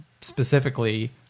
specifically